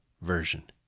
Version